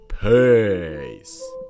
Peace